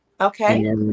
Okay